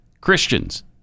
Christians